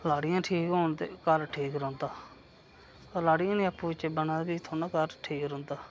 लाड़ियां ठीक होन ते घर ठीक रौंह्दा लाड़ियें नि आपूं बिच्चें बनै ते फ्ही थोह्ड़ी न घर ठीक रौंह्दा